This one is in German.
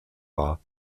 war